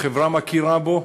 החברה מכירה בו,